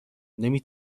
نمی